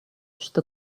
что